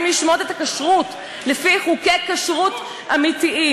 לשמור את הכשרות לפי חוקי כשרות אמיתיים.